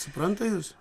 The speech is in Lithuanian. supranta jus